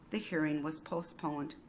the hearing was postponed.